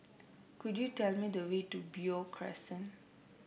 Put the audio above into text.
could you tell me the way to Beo Crescent